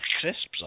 crisps